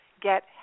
get